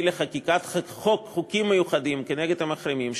לחקיקת חוקים מיוחדים נגד המחרימים,